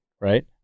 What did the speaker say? right